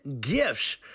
gifts